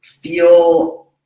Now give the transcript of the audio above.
feel